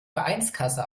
vereinskasse